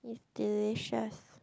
delicious